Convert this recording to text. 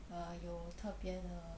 err 有特别的